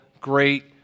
great